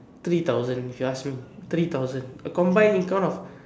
three thousand if you ask me three thousand a combine income of